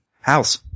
house